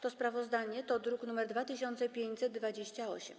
To sprawozdanie to druk nr 2528.